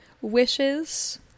wishes